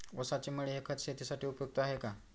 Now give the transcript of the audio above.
ऊसाची मळी हे खत शेतीसाठी उपयुक्त आहे का?